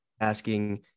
asking